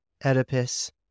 Oedipus